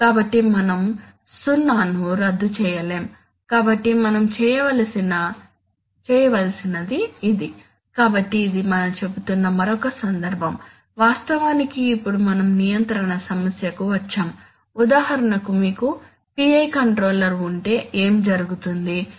కాబట్టి మనం సున్నాను రద్దు చేయలేము కాబట్టి మనం చేయవలసినది ఇది కాబట్టి ఇది మనం చెబుతున్న మరొక సందర్భం వాస్తవానికి ఇప్పుడు మనం నియంత్రణ సమస్యకు వచ్చాము ఉదాహరణకు మీకు PI కంట్రోలర్ ఉంటే ఏమి జరుగుతుంది